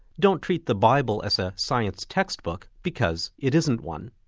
don't treat the bible as a science textbook, because it isn't one.